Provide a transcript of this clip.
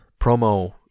promo